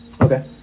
okay